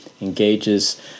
engages